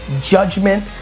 judgment